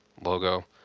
logo